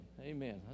Amen